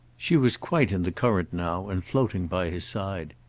she was quite in the current now and floating by his side.